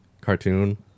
cartoon